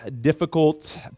difficult